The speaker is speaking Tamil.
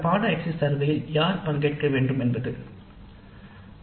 இந்த பாடநெறி எக்ஸிட் சர்வே கணக்கெடுப்பில் யார் பங்கேற்க வேண்டும் என்பது இன்னும் ஒரு பிரச்சினை